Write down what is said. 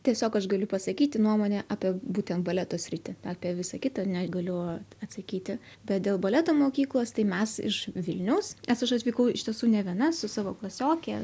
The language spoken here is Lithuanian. tiesiog aš galiu pasakyti nuomonę apie būtent baleto sritį apie visa kita negaliu atsakyti bet dėl baleto mokyklos tai mes iš vilniaus nes aš atvykau iš tiesų ne viena su savo klasioke